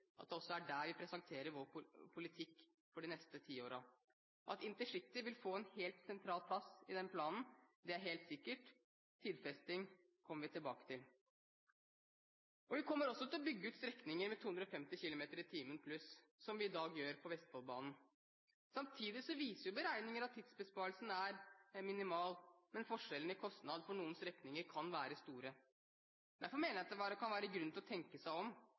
slik vi også har sagt tidligere. Når vi skal lage en plan for alle statlige samferdselsprosjekter de neste ti årene, sier det seg selv at det er der vi presenterer vår politikk for de neste ti årene. At intercity vil få en helt sentral plass i den planen, er helt sikkert – tidfesting kommer vi tilbake til. Vi kommer også til å bygge ut strekninger med 250 km/t pluss, som vi i dag gjør på Vestfoldbanen. Samtidig viser beregninger at tidsbesparelsen er minimal, men forskjellene i kostnader på noen strekninger kan være store. Derfor mener jeg at det